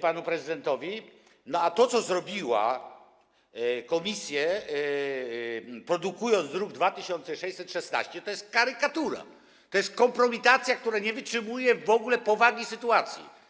panu prezydentowi - a to, co zrobiły komisje, produkując druk nr 2616, to jest karykatura, to jest kompromitacja, która nie wytrzymuje w ogóle powagi sytuacji.